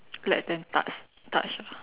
let them touch touch ah